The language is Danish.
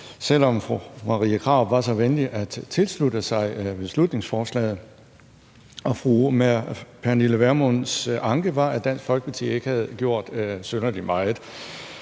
selv om fru Marie Krarup var så venlig at tilslutte sig beslutningsforslaget. Fru Pernille Vermunds anke var, at Dansk Folkeparti ikke havde gjort synderlig meget,